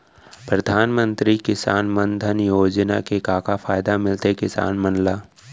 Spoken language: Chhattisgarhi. परधानमंतरी किसान मन धन योजना के का का फायदा मिलथे किसान मन ला?